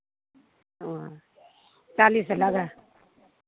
ओ चालीस लगाय